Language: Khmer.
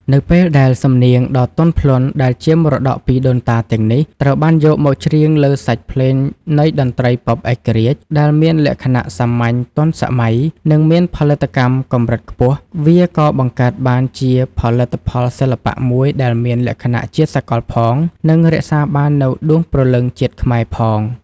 នៅពេលដែលសំនៀងដ៏ទន់ភ្លន់ដែលជាមរតកពីដូនតាទាំងនេះ ត្រូវបានយកមកច្រៀងលើសាច់ភ្លេងនៃតន្ត្រីប៉ុបឯករាជ្យ ដែលមានលក្ខណៈសាមញ្ញ ទាន់សម័យ និងមានផលិតកម្មកម្រិតខ្ពស់ វាក៏បង្កើតបានជាផលិតផលសិល្បៈមួយដែលមានលក្ខណៈជាសកលផង និងរក្សាបាននូវដួងព្រលឹងជាតិខ្មែរផង។